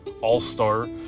All-Star